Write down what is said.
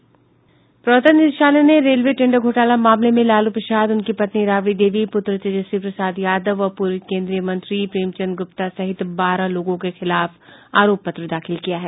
प्रवर्तन निदेशालय ने रेलवे टेंडर घोटाला मामले में लालू प्रसाद उनकी पत्नी राबड़ी देवी पुत्र तेजस्वी प्रसाद यादव और पूर्व केन्द्रीय मंत्री प्रेमचन्द्र गुप्ता सहित बारह लोगों के खिलाफ आरोप पत्र दाखिल किया है